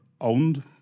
owned